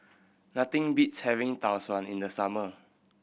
nothing beats having Tau Suan in the summer